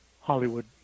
Hollywood